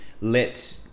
let